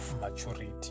maturity